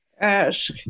ask